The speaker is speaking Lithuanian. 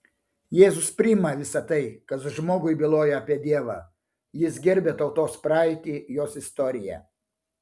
jėzus priima visa tai kas žmogui byloja apie dievą jis gerbia tautos praeitį jos istoriją